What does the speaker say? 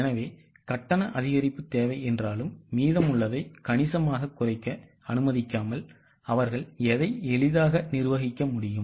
எனவே கட்டண அதிகரிப்பு தேவை என்றாலும் மீதமுள்ளதை கணிசமாகக் குறைக்க அனுமதிக்காமல் அவர்கள் அதை எளிதாக நிர்வகிக்க முடியும்